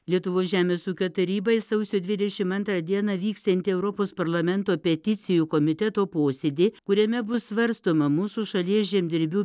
lietuvos žemės ūkio tarybai sausio dvidešim antrą dieną vyksiantį europos parlamento peticijų komiteto posėdį kuriame bus svarstoma mūsų šalies žemdirbių